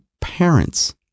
parents